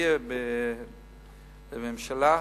שיהיו בממשלה,